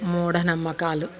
మూఢనమ్మకాలు